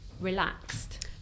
relaxed